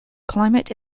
climate